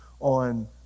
on